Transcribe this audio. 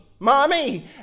Mommy